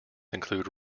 include